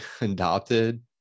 adopted